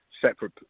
separate